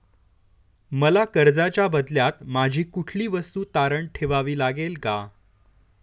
मला कर्जाच्या बदल्यात माझी कुठली वस्तू तारण ठेवावी लागेल का?